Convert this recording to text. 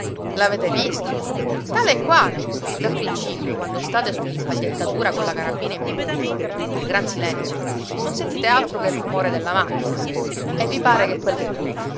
l'avete visto tale e quale dapprincipio quando state sull'impagliettatura colla carabina in pugno in quel gran silenzio non sentite altro che il rumore della macchina e vi pare che quel punf